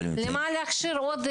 למה להכשיר עוד?